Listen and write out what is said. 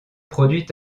produit